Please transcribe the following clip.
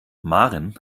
maren